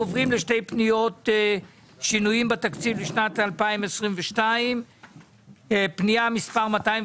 שינויים בתקציב לשנת 2022. פנייה מספר